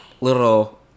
little